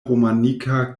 romanika